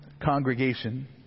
congregation